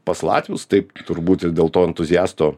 pas latvius taip turbūt ir dėl to entuziasto